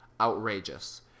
Outrageous